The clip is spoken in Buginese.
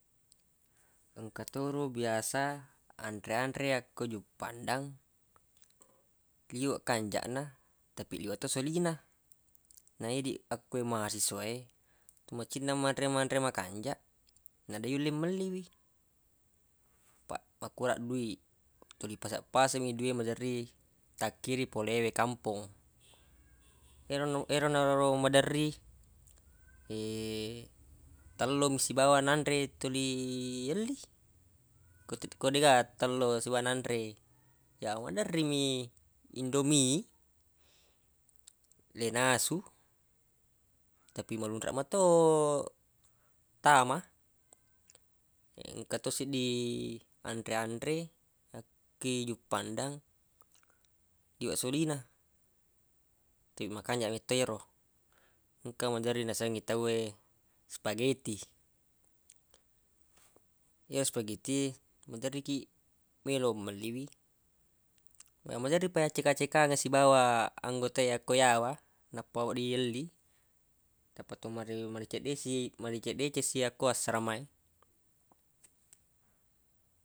Engka to ro biasa anre-anre akko juppandang liweq kanjaq na tapi liweq to soli na na idi akke mahasiswa e macinna manre-manre makanjaq na deq yulle melli wi paq makurang dui tuli pase-pase mi dui maderri takkiring pole we kampong erona ero maderri tello mi sibawa nanre tuli yelli ko ko deq gaga tello sibawa nanre ya maderri mi indomi le nasu tapi malunraq mato tama engka to siddi anre-anre akki juppandang liweq soli na pi makanjaq metto yero engka maderri nasengi tawwe spageti ye spageti e maderri kiq melo melli wi maderri pa yacceka-cekangeng sibawa anggota e akko yawa nappa wedding yelli tappa to manre madeceng-deci- madeceng-deceng si yakko aseramae.